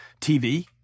TV